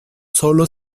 solo